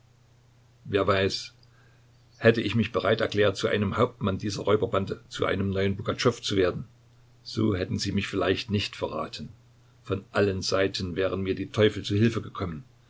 wer weiß hätte ich mich bereit erklärt zu einem hauptmann dieser räuberbande zu einem neuen pugatschow zu werden so hätten sie mich vielleicht nicht verraten von allen seiten wären mir die teufel zu hilfe gekommen